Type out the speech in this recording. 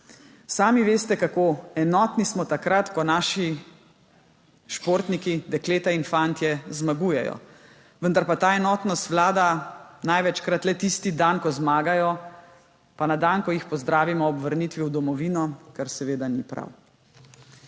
Sami veste, kako enotni smo takrat, ko naši športniki, dekleta in fantje, zmagujejo. Vendar pa ta enotnost vlada največkrat le tisti dan, ko zmagajo, pa na dan, ko jih pozdravimo ob vrnitvi v domovino. Kar seveda ni prav.